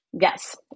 Yes